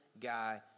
guy